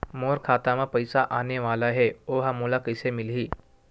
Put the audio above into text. मोर खाता म पईसा आने वाला हे ओहा मोला कइसे मिलही?